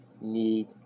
need